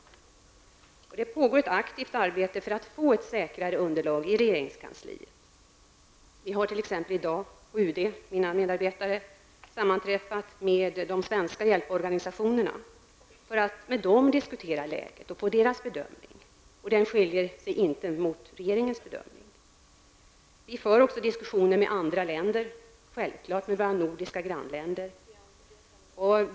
Det pågår i regeringskansliet ett aktivt arbete i syfte att få ett säkrare underlag. Jag och mina medarbetare på UD har t.ex. i dag sammanträffat med de svenska hjälporganisationerna för att med dem diskutera läget och få deras bedömning. Och denna skiljer sig inte från regeringens bedömning. Vi för också diskussioner med andra länder och självfallet med våra nordiska grannländer.